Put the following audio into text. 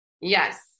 yes